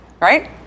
right